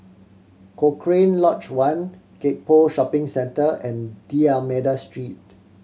Cochrane Lodge One Gek Poh Shopping Centre and D'Almeida Street